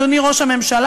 אדוני ראש הממשלה,